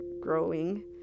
growing